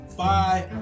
bye